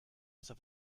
besser